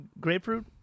grapefruit